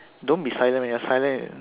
don't be silent leh when you're silent